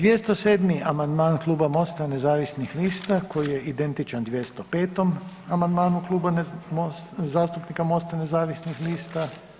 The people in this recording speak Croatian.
207. amandman Kluba MOST-a nezavisnih lista koji je identičan 205. amandmanu Kluba zastupnika MOST-a nezavisnih lista.